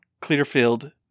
Clearfield